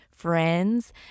friends